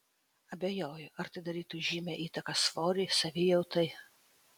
abejoju ar tai darytų žymią įtaką svoriui savijautai